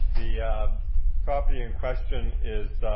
the property in question is